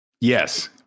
Yes